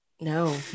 no